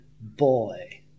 boy